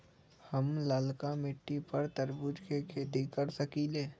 हम लालका मिट्टी पर तरबूज के खेती कर सकीले?